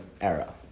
era